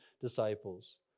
disciples